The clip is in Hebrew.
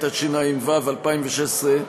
התשע"ו 2016,